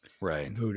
right